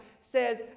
says